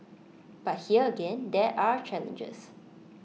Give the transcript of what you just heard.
but here again there are challenges